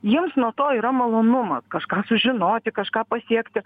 jiems nuo to yra malonumas kažką sužinoti kažką pasiekti